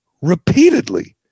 repeatedly